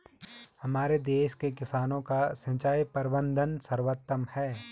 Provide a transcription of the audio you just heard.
हमारे देश के किसानों का सिंचाई प्रबंधन सर्वोत्तम है